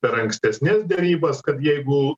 per ankstesnes derybas kad jeigu